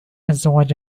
الزواج